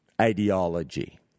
ideology